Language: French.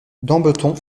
dambeton